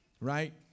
right